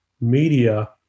media